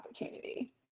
opportunity